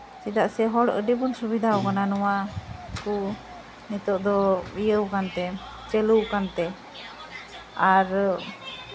ᱪᱮᱫᱟᱜ ᱥᱮ ᱦᱚᱲ ᱟᱹᱰᱤ ᱵᱚᱱ ᱥᱩᱵᱤᱫᱷᱟᱣ ᱠᱟᱱᱟ ᱱᱚᱣᱟ ᱠᱚ ᱱᱤᱛᱚᱜ ᱫᱚ ᱤᱭᱟᱹᱣ ᱠᱟᱱᱛᱮ ᱪᱟᱹᱞᱩ ᱟᱠᱟᱱᱛᱮ ᱟᱨ